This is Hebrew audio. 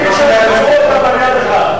לספור אותם על יד אחת.